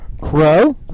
Crow